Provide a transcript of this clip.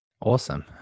Awesome